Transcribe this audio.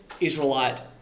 Israelite